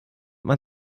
man